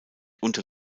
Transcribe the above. unter